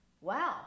wow